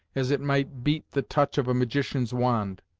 as it might beat the touch of a magician's wand.